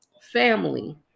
Family